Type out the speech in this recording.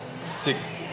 six